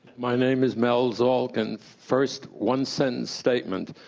my name is mel zolkins. first, one sentence statement.